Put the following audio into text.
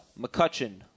McCutcheon